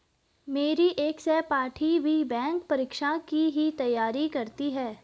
मेरी एक सहपाठी भी बैंक परीक्षा की ही तैयारी करती है